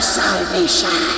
salvation